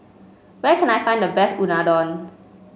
where can I find the best Unadon